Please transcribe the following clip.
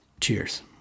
Cheers